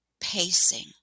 pacing